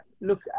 look